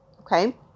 Okay